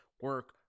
Work